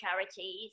charities